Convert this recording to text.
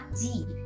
deep